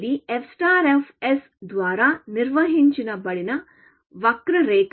ఇది f ద్వారా నిర్వచించబడిన వక్రరేఖ